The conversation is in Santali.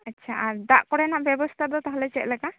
ᱟᱪᱪᱷᱟ ᱟᱨ ᱫᱟᱜ ᱠᱚᱨᱮᱱᱟᱜ ᱵᱮᱵᱛᱷᱟ ᱫᱚ ᱛᱟᱦᱚᱞᱮ ᱪᱮᱫ ᱞᱮᱠᱟ